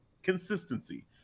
Consistency